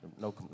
No